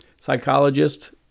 psychologist